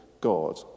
God